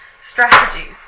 strategies